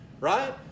right